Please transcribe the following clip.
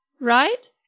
right